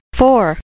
four